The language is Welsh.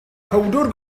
powdr